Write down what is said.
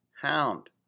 hound